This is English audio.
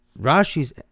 Rashi's